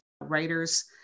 writers